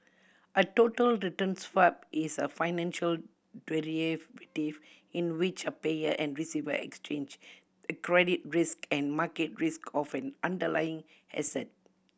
a total return swap is a financial in which a payer and receiver exchange the credit risk and market risk of an underlying asset